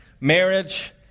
marriage